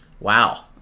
Wow